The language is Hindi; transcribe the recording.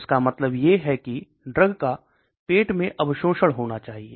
इसका मतलब ये है की ड्रग का पेट में अवशोषण होना चाहिए